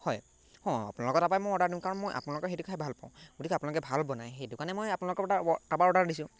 হয় অঁ আপোনালোকৰ তাৰপাই মই অৰ্ডাৰ দিওঁ কাৰণ মই আপোনালোকে সেইটো খাই ভাল পাওঁ গতিকে আপোনালোকে ভাল বনায় সেইটো কাৰণে মই আপোনালোকৰ তাৰ তাৰপা অৰ্ডাৰ দিছোঁ